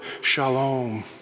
shalom